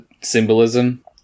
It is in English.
symbolism